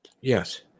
Yes